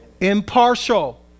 impartial